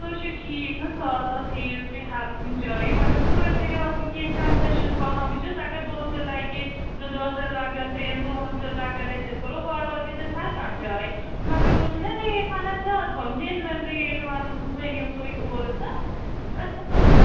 سُہ حظ چھِ ٹھیٖکَ ساس ساس ہٮ۪یُو تُہۍ ہر کُنہِ جایہِ مگر تھوڑا کٔریو اَتھ کیٚنہہ کَنٛسیشَن پہم وُچھ حظ اَسہِ اَگر دۄہ تہِ لَگہِ زٕ دۄہ تہِ لَگَن ترٛیٚن دۄہَن تہِ لَگَن اَسہِ أسۍ کَرَو وار وار وِزِٹ ہر کانٛہہ جاے مگر تُہۍ چھُو نا ریٹ وَنان زیادٕ پہم جیٚنوَن ریٹ وَن ؤنیُو تُہۍ اورٕ تہٕ أسۍ چھِ